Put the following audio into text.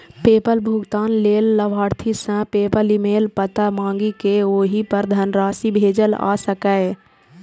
PayPal भुगतान लेल लाभार्थी सं पेपल ईमेल पता मांगि कें ओहि पर धनराशि भेजल जा सकैए